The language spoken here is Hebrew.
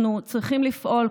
אנחנו צריכים לפעול,